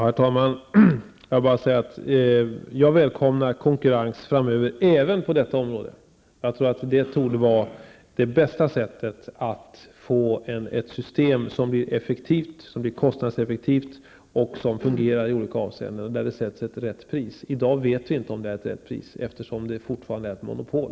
Herr talman! Jag välkomnar konkurrens framöver även på detta område. Jag tror att det är det bästa sättet att få ett system att bli kostnadseffektivt och som fungerar i olika avseenden -- och där det sätts ett riktigt pris. I dag vet vi inte om ett riktigt pris tas ut eftersom det fortfarande råder ett monopol.